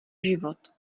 život